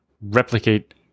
replicate